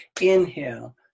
Inhale